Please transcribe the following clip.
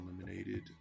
eliminated